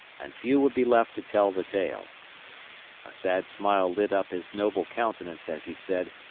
and few would be left to tell the tale. a sad smile lit up his noble countenance as he said,